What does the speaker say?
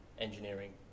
engineering